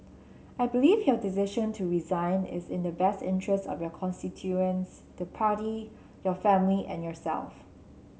I believe your decision to resign is in the best interest of your constituents the party your family and yourself